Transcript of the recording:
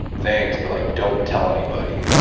thanks, but like don't tell anybody.